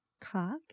cock